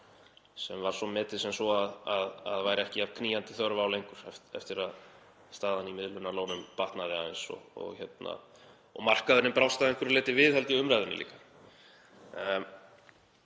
sem voru svo metnar sem svo að væri ekki jafn knýjandi þörf á lengur eftir að staðan í miðlunarlónum batnaði aðeins og markaðurinn brást líka að einhverju leyti við í umræðunni.